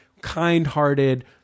kind-hearted